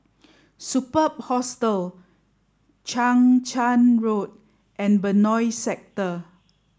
Superb Hostel Chang Charn Road and Benoi Sector